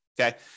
Okay